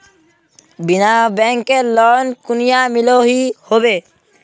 बिना बैंकेर लोन कुनियाँ मिलोहो होबे?